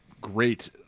great